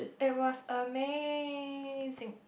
it was amazing